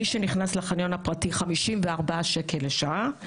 מי שנכנס לחניון הפרטי - 54 שקל לשעה.